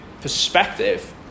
perspective